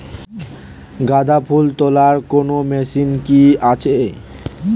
গাঁদাফুল তোলার কোন মেশিন কি আছে?